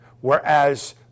Whereas